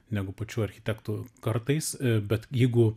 negu pačių architektų kartais bet jeigu